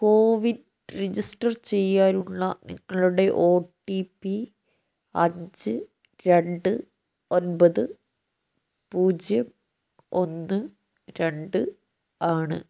CoWIN register ചെയ്യാനുള്ള നിങ്ങളുടെ O T P അഞ്ച് രണ്ട് ഒമ്പത് പൂജ്യം ഒന്ന് രണ്ട് ആണ്